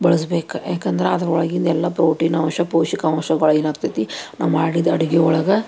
ಬಳಸಬೇಕ ಯಾಕಂದ್ರೆ ಅದರೊಳಗಿಂದೆಲ್ಲ ಪ್ರೋಟೀನ್ ಅಂಶ ಪೋಷಕಾಂಶಗಳ ಏನಾಗ್ತೈತಿ ನಾವು ಮಾಡಿದ ಅಡ್ಗೆ ಒಳಗೆ